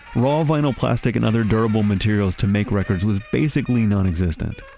raw vinyl plastic and other durable materials to make records was basically non-existent,